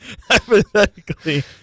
Hypothetically